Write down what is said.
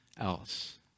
else